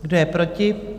Kdo je proti?